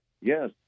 Yes